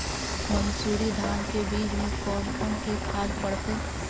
मंसूरी धान के बीज में कौन कौन से खाद पड़तै?